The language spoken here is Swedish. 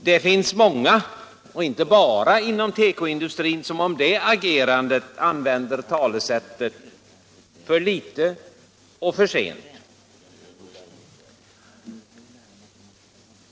Det finns många — inte bara inom tekobranschen - som om det agerandet använder talesättet: för litet och för sent.